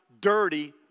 dirty